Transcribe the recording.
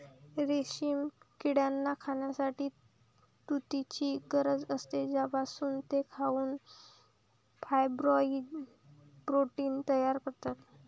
रेशीम किड्यांना खाण्यासाठी तुतीची गरज असते, ज्यापासून ते खाऊन फायब्रोइन प्रोटीन तयार करतात